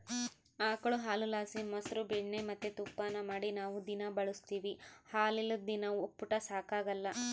ಆಕುಳು ಹಾಲುಲಾಸಿ ಮೊಸ್ರು ಬೆಣ್ಣೆ ಮತ್ತೆ ತುಪ್ಪಾನ ಮಾಡಿ ನಾವು ದಿನಾ ಬಳುಸ್ತೀವಿ ಹಾಲಿಲ್ಲುದ್ ದಿನ ಒಪ್ಪುಟ ಸಾಗಕಲ್ಲ